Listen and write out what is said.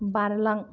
बारलां